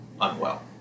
unwell